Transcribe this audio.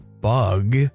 bug